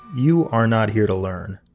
you are not here to learn.